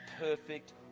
perfect